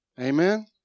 Amen